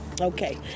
Okay